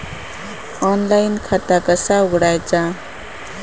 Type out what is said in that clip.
Online खाता कसा उघडायचा?